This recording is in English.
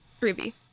Ruby